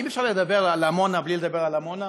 האם אפשר לדבר על עמונה בלי לדבר על עמונה?